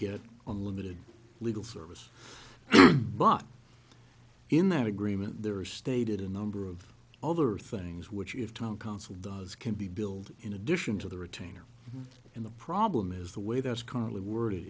get a limited legal service but in that agreement there are stated a number of other things which if town council does can be build in addition to the retainer and the problem is the way that's currently wor